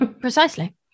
Precisely